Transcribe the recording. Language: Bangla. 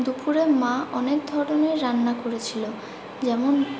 দুপুরে মা অনেক ধরনের রান্না করেছিলো যেমন